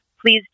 Please